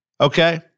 Okay